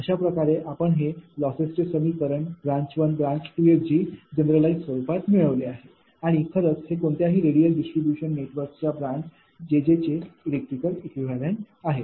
अशा प्रकारे आपण हे लॉसेस चे समीकरण ब्रांच 1 ब्रांच 2 ऐवजी जनरलाईज स्वरूपात मिळविले आहे आणि खरंच हे कोणत्याही रेडियल डिस्ट्रीब्यूशन नेटवर्क साठीच्या ब्रांच jj चे इलेक्ट्रिकल इक्विव्हॅलेंट आहे